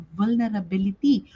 vulnerability